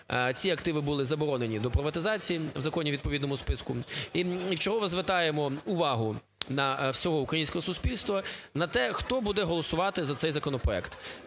ці активи були заборонені до приватизації в законі у відповідному списку. І вчергове звертаємо увагу всього українського суспільства на те, хто буде голосувати за цей законопроект.